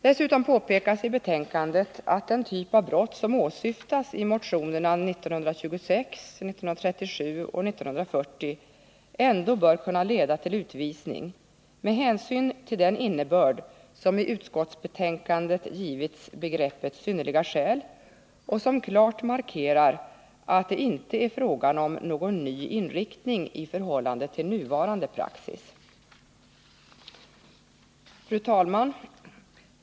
Dessutom påpekas i betänkandet att den typ av brott som åsyftas i motionerna 1926, 1937 och 1940 ändå bör kunna leda till utvisning med hänsyn till den innebörd som i utskottsbetänkandet givits begreppet ”synnerliga skäl” och som klart markerar att det inte är fråga om någon ny inriktning i förhållande till nuvarande praxis. Fru talman!